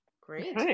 Great